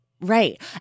Right